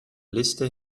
liste